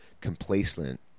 complacent